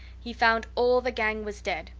he found all the gang was dead,